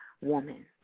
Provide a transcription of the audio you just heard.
woman